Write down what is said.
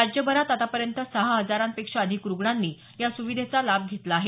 राज्यभरात आतापर्यंत सहा हजारांपेक्षा अधिक रुग्णांनी या सुविधेचा लाभ घेतला आहे